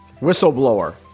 Whistleblower